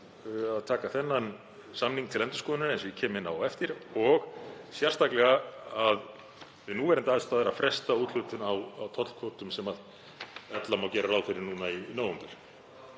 að taka þennan samning til endurskoðunar, eins og ég kem inn á á eftir, og sérstaklega við núverandi aðstæður að fresta úthlutun á tollkvótum sem ella má gera ráð fyrir núna í nóvember.